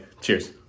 Cheers